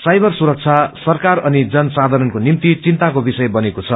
cyber सुरक्षा सरकार अनि जनसाथरणाक ेनामित चिन्ताको विषय बनेको छ